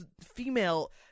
Female